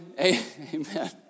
amen